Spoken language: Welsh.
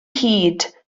hid